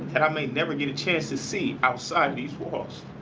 and i may never get a chance to see outside these walls.